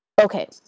okay